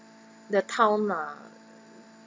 the town lah